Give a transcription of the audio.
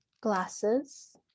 glasses